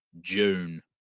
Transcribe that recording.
June